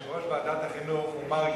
יושב-ראש ועדת החינוך הוא מרגי,